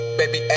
baby